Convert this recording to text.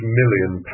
million